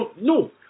no